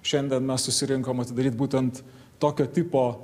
šiandien mes susirinkom atidaryt būtent tokio tipo